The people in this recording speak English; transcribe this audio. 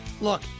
Look